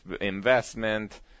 investment